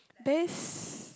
based